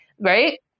Right